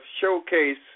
showcase